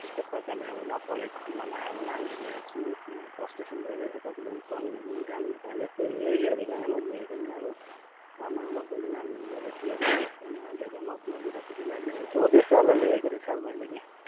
यस्तो प्रकारले अब नपढेको खण्डमा अब नानीहरूले हेर्छु उनीहरू फ्रस्ट्रेसन भइरहेको छ कतिजना पढ्नेहरू पनि काम नपाएर यस्तै यही हेरेर नै मैले लेखेको नि अब घरमा आमाबाउले नानीहरू ज्यादा केयर गरेको छैन ज्यादा मद मदिरापट्टि लागिरहेको छ हो त्यस्तोहरूलाई लेखेको नि सर मैले कि